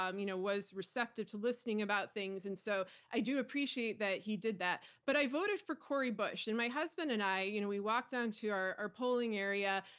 um you know was receptive to listening about things, and so i do appreciate that he did that. but i voted for cori bush. and my husband and i, you know we walked down to our our polling area.